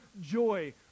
joy